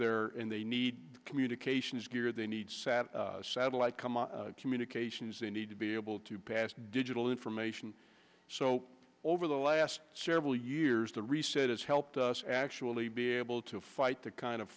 there and they need communications gear they need sat satellite come on communications they need to be able to pass digital information so over the last several years the reset has helped us actually be able to fight the kind of